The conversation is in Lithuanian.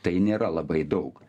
tai nėra labai daug